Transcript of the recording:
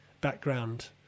background